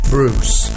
Bruce